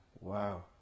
Wow